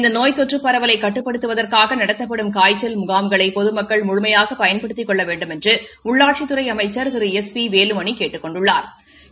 இந்த நோய் தொற்று பரவலை கட்டுப்படுத்துவதற்காக நடத்தப்படும் காய்ச்சல் முகாம்களை பொதுமக்கள் முழுமையாக பயன்படுத்திக் கொள்ள வேண்டுமென்று உள்ளாட்சித்துறை அமைச்சள் திரு எஸ் பி வேலுமணி கேட்டுக் கொண்டுள்ளாா்